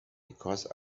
because